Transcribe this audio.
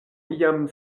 iam